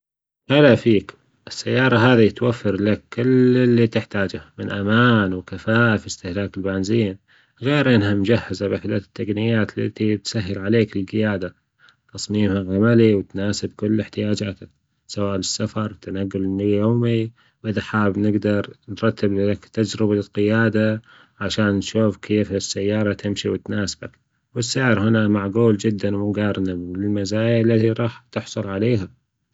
هلا فيك السيارة هذي توفر لك كل اللي تحتاجه من أمان وكفاءة في إستهلاك البنزين، غير إنها مجهزة بأحدث التجنيات التي تسهل عليك الجيادة، تصميمها عملي وتناسب كل إحتياجاتك سواء للسفر تنقلك اليومي، وإذا حاب نجدرنرتب لك تجربة للقيادة عشان نشوف كيف السيارة تمشي وتناسبك والسعر هنا معجول جدا ومجارنة بالمزايا اللي راح تحصل عليها.